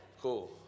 cool